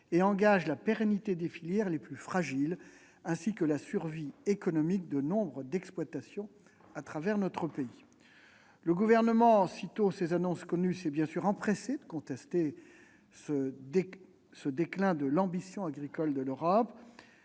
et engage la pérennité des filières les plus fragiles, ainsi que la survie économique de nombre d'exploitations à travers notre pays. Le Gouvernement, sitôt ces annonces connues, s'est bien sûr empressé de contester ce déclin de l'ambition agricole de l'Europe.